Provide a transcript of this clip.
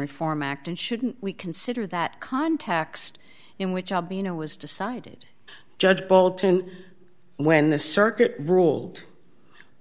reform act and shouldn't we consider that context in which i'll be you know was decided judge bolton when the circuit ruled